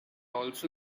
also